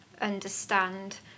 understand